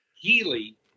Healy